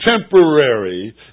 temporary